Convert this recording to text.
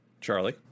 Charlie